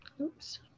Oops